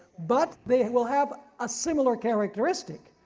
but they will have a similar characteristic.